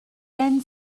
then